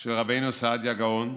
של רבנו סעדיה גאון,